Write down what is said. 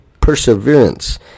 perseverance